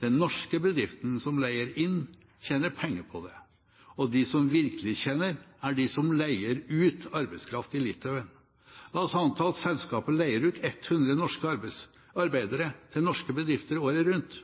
Den norske bedriften som leier inn, tjener penger på det, og de som virkelig tjener, er de som leier ut arbeidskraft i Litauen. La oss anta at selskapet leier ut 100 arbeidere til norske bedrifter året rundt.